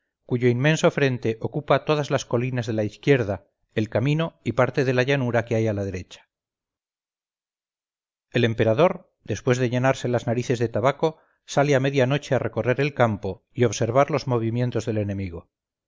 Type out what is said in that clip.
cuyo inmenso frente ocupa todas las colinas de la izquierda el camino y parte de la llanura que hay a la derecha el emperador después de llenarse las narices de tabaco sale a media noche a recorrer el campo y observar los movimientos del enemigo